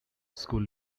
school